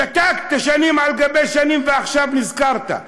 שתקת שנים על גבי שנים ועכשיו נזכרת.